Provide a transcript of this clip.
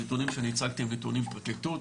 הנתונים שאני הצגתי הם נתונים מהפרקליטות.